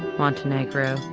montenegro,